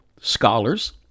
scholars